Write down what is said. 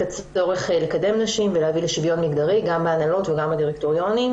הצורך לקדם נשים ולהביא לשוויון מגדרי גם בהנהלות וגם בדירקטוריונים.